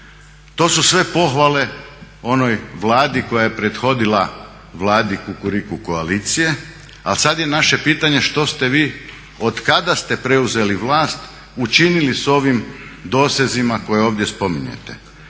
To su sve pohvale onoj Vladi koja je prethodila Vladi kukuriku koalicije. A sada je naše pitanje što ste vi otkada ste preuzeli vlast učinili sa ovim dosezima koje ovdje spominjete.